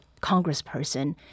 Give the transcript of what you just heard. congressperson